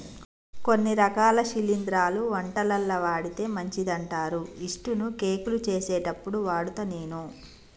కొన్ని రకాల శిలింద్రాలు వంటలల్ల వాడితే మంచిదంటారు యిస్టు ను కేకులు చేసేప్పుడు వాడుత నేను